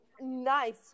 nice